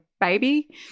baby